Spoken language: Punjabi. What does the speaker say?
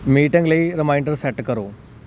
ਮੀਟਿੰਗ ਲਈ ਰੀਮਾਈਂਡਰ ਸੈਟ ਕਰੋ